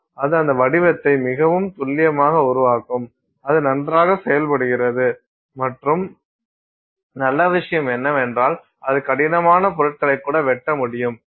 அது அந்த வடிவத்தை மிகவும் துல்லியமாக உருவாக்கும் அது நன்றாக செய்யப்படுகிறது மற்றும் நல்ல விஷயம் என்னவென்றால் அது கடினமான பொருட்களை கூட வெட்ட முடியும்